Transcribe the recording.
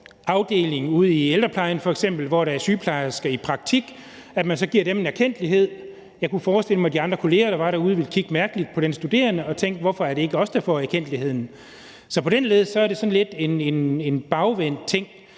afdeling ude i ældreplejen, hvor der er sygeplejersker i praktik, giver dem en erkendtlighed. Jeg kunne forestille mig, at de andre kollegaer, der var derude, ville kigge mærkeligt på den studerende og tænke: Hvorfor er det ikke os, der får erkendtligheden? Så på den led er det sådan lidt en bagvendt ting.